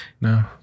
No